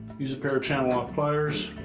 use a pair of channellock pliers.